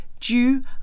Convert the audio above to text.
due